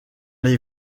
les